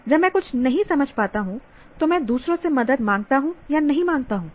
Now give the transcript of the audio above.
जब मैं कुछ नहीं समझ पाता हूं तो मैं दूसरों से मदद माँगता नहीं माँगता हूँ